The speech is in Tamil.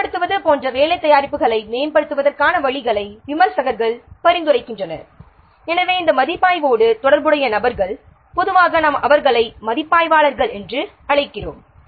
பயன்படுத்துவது போன்ற வேலை தயாரிப்புகளை மேம்படுத்துவதற்கான வழிகளை விமர்சகர்கள் பரிந்துரைக்கின்றனர் எனவே இந்த மதிப்பாய்வோடு தொடர்புடைய நபர்கள் பொதுவாக நாம் அவர்களை மதிப்பாய்வாளர்கள் என்று அழைக்கிறோம்